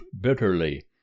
BITTERLY